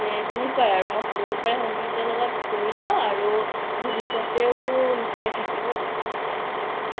গতিকে তেনেকুৱাই আৰু মই সৰুৰ পৰাই সংগীতৰ লগত জড়িত আৰু ভৱিষ্যতেও নিশ্চয় থাকিব সেয়াই